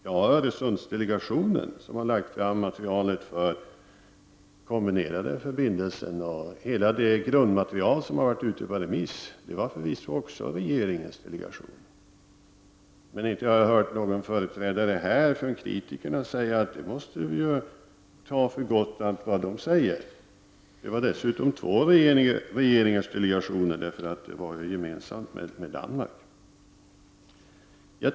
Även Öresundsdelegationen, som har lagt fram materialet för kombinerade förbindelser och hela det grundmaterial som har varit ute på remiss, var förvisso regeringens delegation. Men inte har jag hört någon företrädare för kritikerna här säga att vi måste ta allt detta för gott. Den var dessutom två regeringars delegation, eftersom den var gemensam med Danmark.